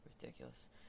ridiculous